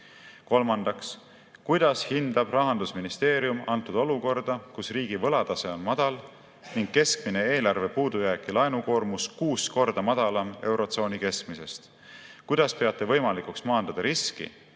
Kolmandaks, kuidas hindab Rahandusministeerium olukorda, kus riigi võlatase on madal ning keskmine eelarve puudujääk ja laenukoormus kuus korda madalamad eurotsooni keskmisest? Kuidas peate võimalikuks maandada riski,